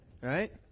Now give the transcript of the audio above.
Right